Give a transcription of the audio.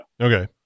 Okay